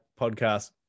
podcast